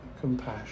compassion